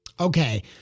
Okay